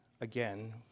again